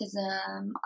autism